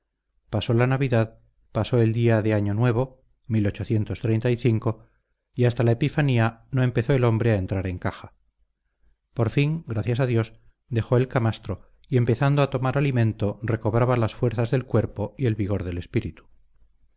pasó la navidad pasó el día de año nuevo y hasta la epifanía no empezó el hombre a entrar en caja por fin gracias a dios dejó el camastro y empezando a tomar alimento recobraba las fuerzas del cuerpo y el vigor del espíritu